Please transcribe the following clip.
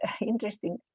interesting